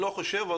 לא חושב.